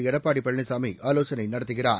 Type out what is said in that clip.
எடப்பாடி பழனிசாமி ஆலோசனை நடத்துகிறார்